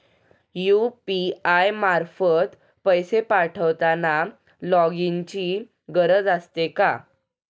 UPI मार्फत पैसे पाठवताना लॉगइनची गरज असते का?